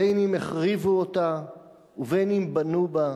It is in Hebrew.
בין שהחריבו אותה ובין שבנו בה,